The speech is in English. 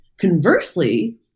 Conversely